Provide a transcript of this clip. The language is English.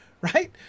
right